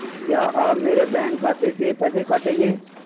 क्या आप मेरे बैंक खाते से पैसे काटेंगे?